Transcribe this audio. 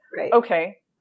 Okay